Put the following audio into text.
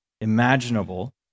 imaginable